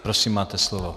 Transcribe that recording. Prosím, máte slovo.